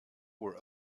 were